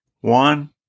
One